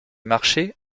marchés